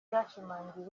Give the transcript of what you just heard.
byashimangiwe